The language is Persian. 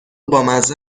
بامزه